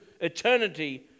eternity